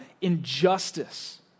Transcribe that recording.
injustice